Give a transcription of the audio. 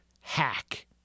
hack